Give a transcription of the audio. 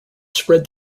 spread